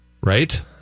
Right